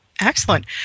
Excellent